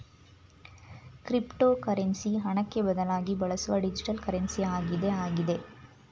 cryptocurrency ಹಣಕ್ಕೆ ಬದಲಾಗಿ ಬಳಸುವ ಡಿಜಿಟಲ್ ಕರೆನ್ಸಿ ಆಗಿದೆ ಆಗಿದೆ